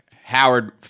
Howard